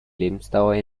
lebensdauer